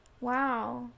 wow